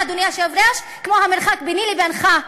ממרחק, אדוני היושב-ראש, כמו המרחק ביני לבינך.